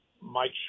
Mike